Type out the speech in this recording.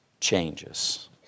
changes